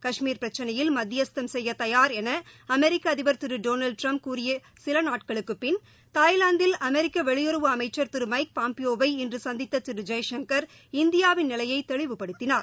கஷ்மீர் பிரச்சினையில் மத்தியஸ்தம் செய்ய தயாா் என அமெரிக்க அதிபா் திரு டொனால்டு ட்டிரம்ப் கூறிய சில நாட்களுக்குப் பின் தாய்லாந்தில் அமெரிக்க வெளியுறவு அமைச்ச் திரு மைக் பாம்பியோவை இன்று சந்தித்த திரு ஜெய்சங்கர் இந்தியாவின் நிலையை தெளிவுபடுத்தினார்